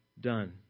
done